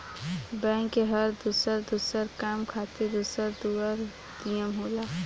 bank के हर दुसर दुसर काम खातिर दुसर दुसर नियम होला